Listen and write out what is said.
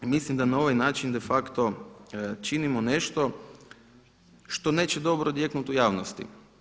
I mislim da na ovaj način de facto činimo nešto što neće dobro odjeknuti u javnosti.